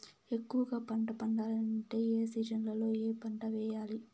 ఎక్కువగా పంట పండాలంటే ఏ సీజన్లలో ఏ పంట వేయాలి